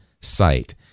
site